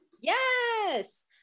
yes